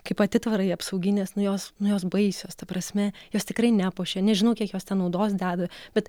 kaip atitvarai apsauginės nu jos nu jos baisios ta prasme jos tikrai nepuošia nežinau kiek jos ten naudos deda bet